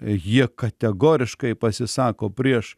jie kategoriškai pasisako prieš